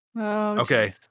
Okay